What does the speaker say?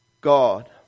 God